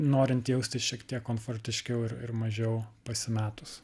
norint jaustis šiek tiek komfortiškiau ir ir mažiau pasimetus